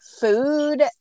food